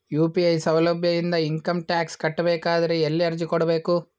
UPI ಸೌಲಭ್ಯ ಇಂದ income tax ಕಟ್ಟಬೇಕಾದರ ಎಲ್ಲಿ ಅರ್ಜಿ ಕೊಡಬೇಕು?